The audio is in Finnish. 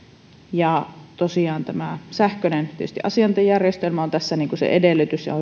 tosiaan tietysti sähköinen asiointijärjestelmä on tässä se edellytys ja